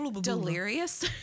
delirious